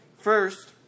First